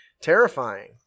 terrifying